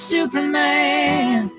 Superman